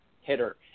hitter